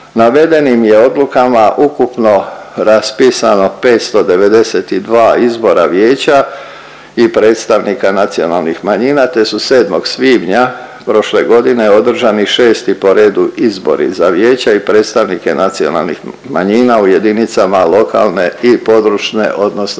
Navedenim je odlukama ukupno raspisano 592 izbora vijeća i predstavnika nacionalnih manjina te su 7. svibnja prošle godine održani 6. po redu izbori za vijeća i predstavnike nacionalnih manjina u jedinicama lokalne i područne